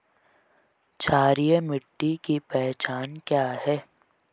क्षारीय मिट्टी की पहचान क्या है?